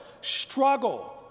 struggle